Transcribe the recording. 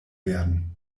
werden